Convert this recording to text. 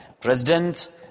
President